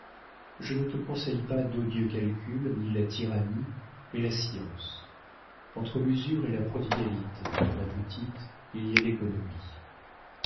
je ne te conseille pas d'odieux calculs ni la tyrannie mais la science entre l'usure et la prodigalité ma petite il y a l'économie